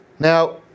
Now